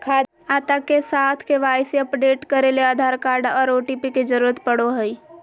खाता के साथ के.वाई.सी अपडेट करे ले आधार कार्ड आर ओ.टी.पी के जरूरत पड़ो हय